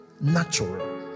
natural